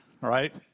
right